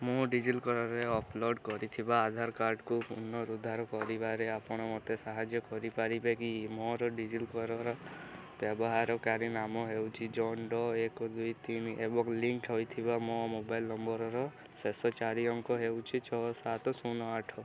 ମୁଁ ଡିଜିଲକର୍ରେ ଅପଲୋଡ଼୍ କରିଥିବା ଆଧାର କାର୍ଡ଼୍କୁ ପୁନରୁଦ୍ଧାର କରିବାରେ ଆପଣ ମୋତେ ସାହାଯ୍ୟ କରିପାରିବେ କି ମୋର ଡିଜିଲକର୍ ବ୍ୟବହାରକାରୀ ନାମ ହେଉଛି ଜନ୍ଡ଼ୋ ଏକ ଦୁଇ ତିନି ଏବଂ ଲିଙ୍କ୍ ହୋଇଥିବା ମୋ ମୋବାଇଲ୍ ନମ୍ବର୍ର ଶେଷ ଚାରି ଅଙ୍କ ହେଉଛି ଛଅ ସାତ ଶୂନ ଆଠ